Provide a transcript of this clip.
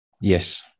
Yes